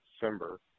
December